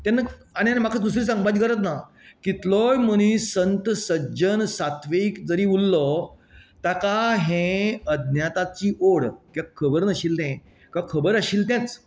तेन्ना आनी आनी म्हाका दुसरें सांगपाचे गरज ना कितलोय मनीस संत सज्जन सात्वीक जरी उरलो ताका हे अज्ञाताची ओड किंवां खबर नाशिल्ले किंवां खबर आशिल्ले तेच